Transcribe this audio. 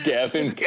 Gavin